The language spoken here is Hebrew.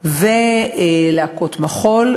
להקות מחול,